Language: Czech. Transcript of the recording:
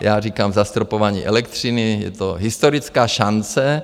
Já říkám zastropování elektřiny, je to historický šance.